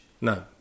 No